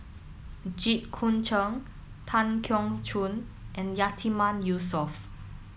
Jit Koon Ch'ng Tan Keong Choon and Yatiman Yusof